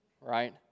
right